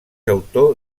autor